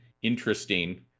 interesting